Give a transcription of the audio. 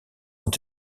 ont